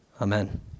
Amen